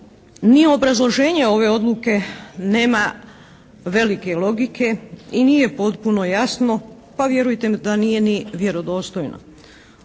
ni obrazloženje ove odluke nema velike logike i nije potpuno jasno, pa vjerujte mi da nije ni vjerodostojno.